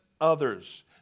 others